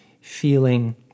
feeling